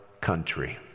country